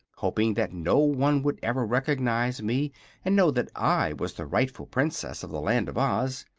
hoping that no one would ever recognize me and know that i was the rightful princess of the land of oz.